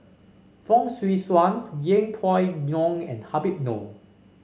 Fong Swee Suan Yeng Pway Ngon and Habib Noh